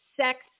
sex